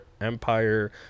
Empire